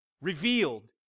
revealed